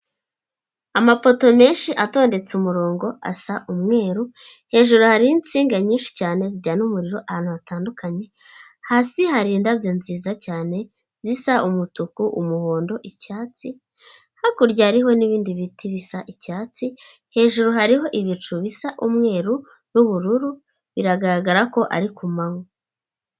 Amapoto menshi atondetse umurongo asa umweru, hejuru hariho insinga nyinshi cyane zijyana umuriro ahantu hatandukanye, hasi hari indabyo nziza cyane zisa umutuku, umuhondo, icyatsi, hakurya hariho n'ibindi biti bisa icyatsi, hejuru hariho ibicu bisa umweru n'ubururu biragaragara ko ari ku manywa.